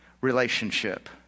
Relationship